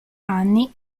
anni